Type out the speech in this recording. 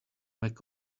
mac